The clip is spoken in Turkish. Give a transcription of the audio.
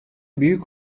büyük